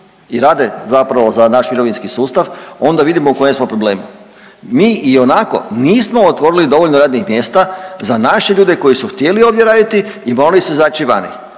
i rade zapravo za naš mirovinski sustav onda vidimo u kojem smo problemu. Mi ionako nismo otvorili dovoljno radnih mjesta za naše ljude koji su htjeli ovdje raditi i morali su izaći vani.